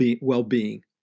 well-being